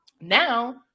now